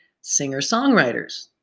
singer-songwriters